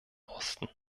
osten